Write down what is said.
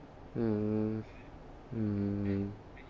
mm mm